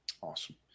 Awesome